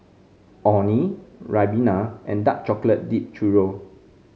Orh Nee Ribena and Dark Chocolate Dipped Churro